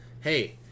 hey